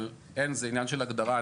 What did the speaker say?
זה עניין של הגדרה.